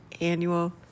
annual